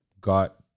got